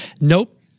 Nope